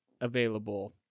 available